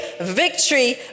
victory